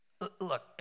Look